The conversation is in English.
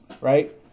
right